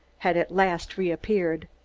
had at last reappeared.